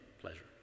pleasure